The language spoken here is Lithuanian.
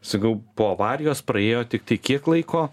sakau po avarijos praėjo tiktai kiek laiko